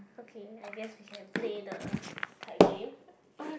okay I guess we can play the card game